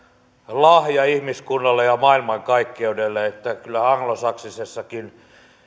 lahja ihmiskunnalle ja maailmankaikkeudelle anglosaksisessakin